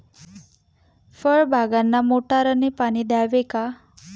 फळबागांना मोटारने पाणी द्यावे का?